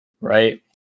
right